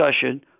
discussion